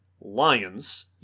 Lions